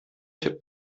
tipp